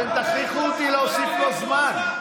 אתם תכריחו אותי להוסיף לו זמן.